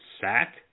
sack